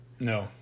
No